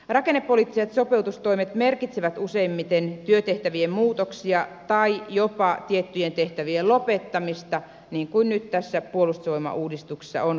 rakennepoliittiset sopeutustoimet merkitsevät useimmiten työtehtävien muutoksia tai jopa tiettyjen tehtävien lopettamista niin kuin nyt tässä puolustusvoimauudistuksessa on käymässä